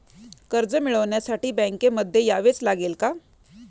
कर्ज मिळवण्यासाठी बँकेमध्ये यावेच लागेल का?